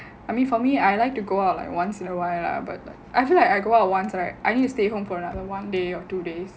I mean for me I like to go out like once in a while lah but I feel like I go out once right I need to stay home for another one day or two days